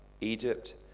Egypt